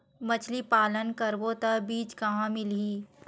मछरी पालन करबो त बीज कहां मिलही?